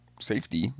safety